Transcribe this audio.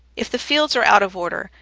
if the fields are out of order,